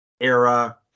era